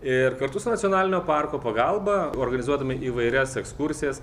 ir kartu su nacionalinio parko pagalba organizuodami įvairias ekskursijas